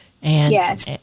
Yes